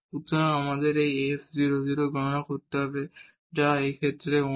সুতরাং আমাদের এই f 0 0 গণনা করতে হবে যা এই ক্ষেত্রে 1